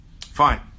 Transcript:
Fine